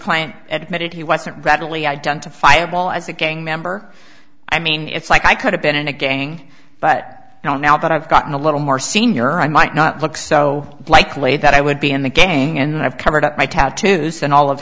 client edited he wasn't readily identifiable as a gang member i mean it's like i could've been in a gang but you know now that i've gotten a little more senior i might not look so likely that i would be in the game and i've covered up my tattoos and all of